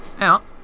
out